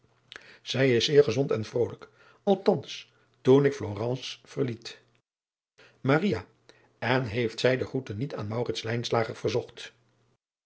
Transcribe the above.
zij is zeer gezond en vrolijk althans toen ik lorence verliet n heeft zij de groete niet aan verzocht